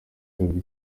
kabiri